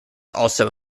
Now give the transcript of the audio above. also